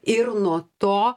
ir nuo to